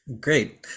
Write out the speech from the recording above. Great